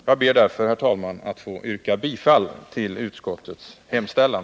Jag ber därför, herr talman, att få yrka bifall till utskottets hemställan.